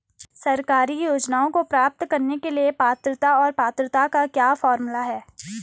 सरकारी योजनाओं को प्राप्त करने के लिए पात्रता और पात्रता का क्या फार्मूला है?